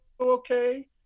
okay